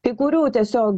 kai kurių tiesiog